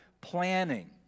planning